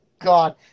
god